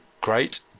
great